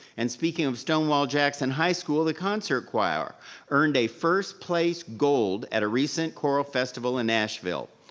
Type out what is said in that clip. and speaking of stonewall jackson high school, the concert choir earned a first place gold at a recent choral festival in nashville.